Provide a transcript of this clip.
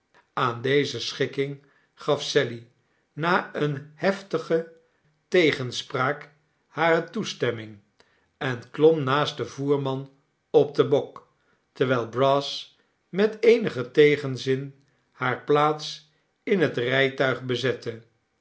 aan deze schikking gaf sally na eene heftige tegenspraak hare toestemming en klom naast den voerman op den bok terwijl brass met eenigen tegenzin hare plaats in het rijtuig bezette